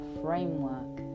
framework